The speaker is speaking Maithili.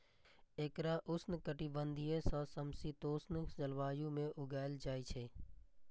एकरा उष्णकटिबंधीय सं समशीतोष्ण जलवायु मे उगायल जाइ छै